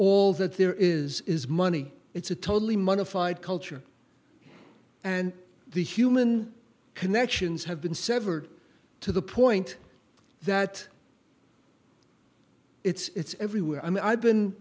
all that there is is money it's a totally modified culture and the human connections have been severed to the point that it's everywhere i mean i've been